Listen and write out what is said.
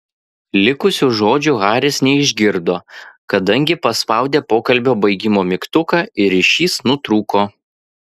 likusių žodžių haris neišgirdo kadangi paspaudė pokalbio baigimo mygtuką ir ryšys nutrūko